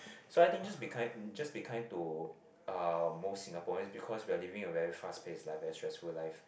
so I think just be kind uh just be kind to uh most Singaporeans because we are living in a very fast pace like very stressful life